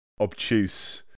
obtuse